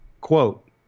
Quote